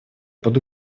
под